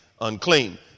unclean